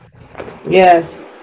Yes